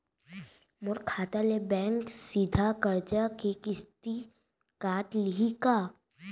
मोर खाता ले बैंक सीधा करजा के किस्ती काट लिही का?